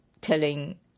telling